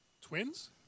Twins